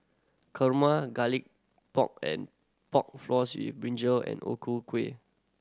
kurma Garlic Pork and Pork Floss with brinjal and O Ku Kueh